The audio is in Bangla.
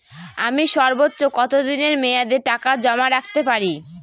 আমি সর্বোচ্চ কতদিনের মেয়াদে টাকা জমা রাখতে পারি?